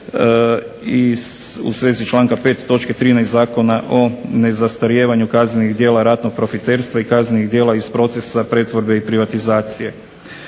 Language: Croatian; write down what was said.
i u svezi članka 5. točke 13. Zakona o nezastarijevanju kaznenih djela ratnog profiterska i kaznenih djela iz procesa pretvorbe i privatizacije.